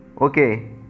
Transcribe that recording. Okay